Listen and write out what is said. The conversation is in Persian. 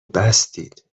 بستید